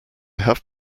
have